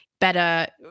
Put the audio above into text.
better